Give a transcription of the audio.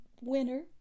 winner